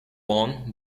won